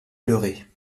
pleurer